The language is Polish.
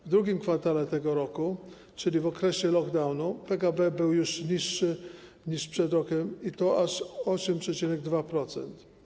W II kwartale tego roku, czyli w okresie lockdownu, PKB był już niższy niż przed rokiem, i to aż o 8,2%.